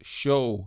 show